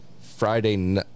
friday